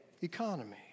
economy